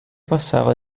passava